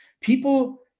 People